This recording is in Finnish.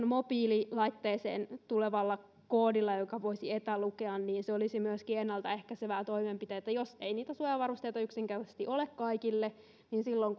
mobiililaitteeseen tuleva koodi jonka voisi etälukea olisi myöskin ennalta ehkäisevä toimenpide jos ei niitä suojavarusteita yksinkertaisesti ole kaikille niin silloin